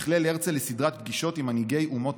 שכלל הרצל לסדרת פגישות עם מנהיגי אומות